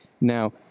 now